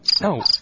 No